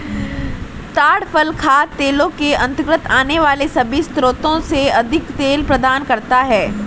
ताड़ फल खाद्य तेलों के अंतर्गत आने वाले सभी स्रोतों से अधिक तेल प्रदान करता है